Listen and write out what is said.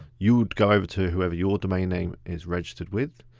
you would go over to whoever your domain name is registered with.